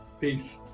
Peace